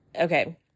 okay